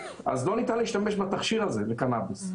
אז לא ניתן להשתמש בתכשיר הזה בקנאביס.